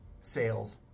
sales